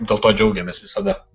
dėl to džiaugiamės visada